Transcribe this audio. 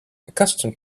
accustomed